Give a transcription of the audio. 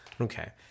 Okay